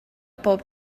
bob